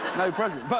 no present. but